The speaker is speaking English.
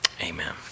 Amen